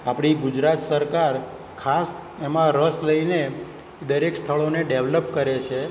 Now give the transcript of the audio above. આપણી ગુજરાત સરકાર ખાસ એમાં રસ લઈને દરેક સ્થળોને ડેવલપ કરે છે